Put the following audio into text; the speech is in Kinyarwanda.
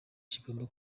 kigomba